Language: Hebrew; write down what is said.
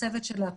הצוות שלה,